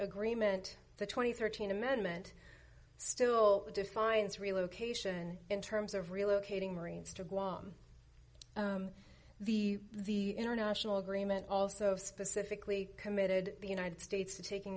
agreement the two thousand and thirteen amendment still defines relocation in terms of relocating marines to guam the the international agreement also specifically committed the united states to taking